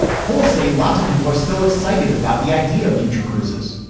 polls say lots of people are still excited about the idea of future cruises.